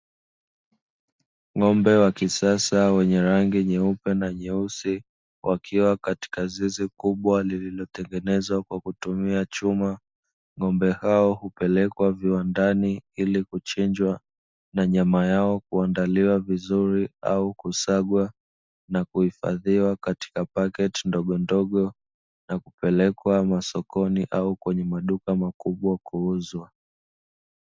Ng'ombe wa kisasa wenye rangi nyeupe na nyeusi wakiwa katika zizi kubwa lililotengenezwa kwa kutumia chuma, ng'ombe hao hupelekwa viwandani ili kuchinjwa, na nyama yao kuandaliwa vizuri au kusagwa na kuhifadhiwa katika pakiti ndogondogo, na kupelekwa masokoni au kwenye maduka makubwa kuuzwa.